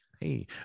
hey